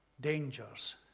dangers